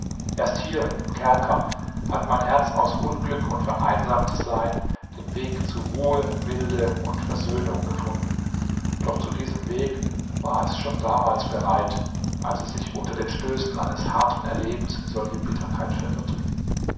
erst hier im kerker hat mein herz aus unglück und vereinsamtsein den weg zu ruhe milde und versöhnung gefunden doch zu diesem weg war es schon damals bereit als es sich unter den stößen eines harten erlebens in solche bitterkeit verirrte